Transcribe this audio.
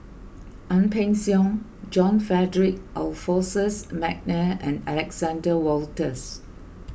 Ang Peng Siong John Frederick Adolphus McNair and Alexander Wolters